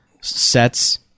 sets